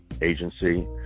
agency